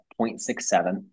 0.67